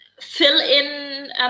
fill-in